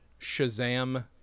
Shazam